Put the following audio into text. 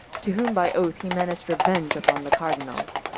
to whom by oth he menac'd reuenge vpon the cardinall